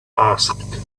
asked